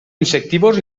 insectívors